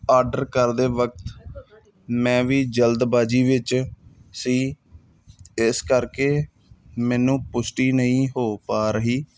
order ਕਰਦੇ ਵਕਤ ਮੈਂ ਵੀ ਜਲਦਬਾਜੀ ਵਿੱਚ ਸੀ ਇਸ ਕਰਕੇ ਮੈਨੂੰ ਪੁਸ਼ਟੀ ਨਹੀਂ ਹੋ ਪਾ ਰਹੀ